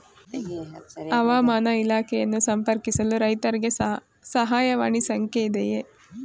ಹವಾಮಾನ ಇಲಾಖೆಯನ್ನು ಸಂಪರ್ಕಿಸಲು ರೈತರಿಗೆ ಸಹಾಯವಾಣಿ ಸಂಖ್ಯೆ ಇದೆಯೇ?